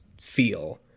feel